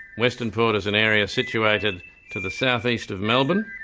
western port is an area situated to the south-east of melbourne.